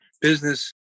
business